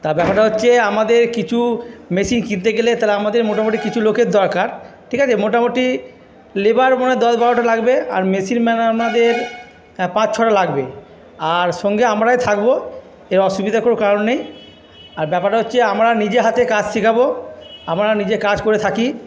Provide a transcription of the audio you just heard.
তা ব্যাপারটা হচ্ছে আমাদের কিছু মেশিন কিনতে গেলে তাহলে আমাদের মোটামুটি কিছু লোকের দরকার ঠিক আছে মোটামুটি লেবার মানে দশ বারোটা লাগবে আর মেশিন ম্যান আমাদের হ্যাঁ পাঁচ ছটা লাগবে আর সঙ্গে আমরাই থাকব এর অসুবিধার কোন কারণ নেই আর ব্যাপারটা হচ্ছে আমরা নিজে হাতে কাজ শেখাব আমরা নিজে কাজ করে থাকি